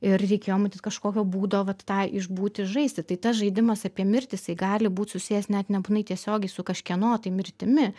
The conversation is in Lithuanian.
ir reikėjo matyt kažkokio būdo vat tą išbūti išžaisti tai tas žaidimas apie mirtį jisai gali būt susijęs net nebūtinai tiesiogiai su kažkieno tai mirtimi